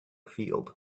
field